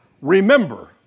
remember